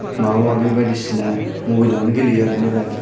माबा माबि बायदिसिना मबाइल आवनो गेलेयो आरो मेल्ला